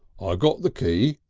i got the key,